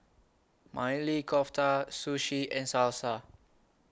Maili Kofta Sushi and Salsa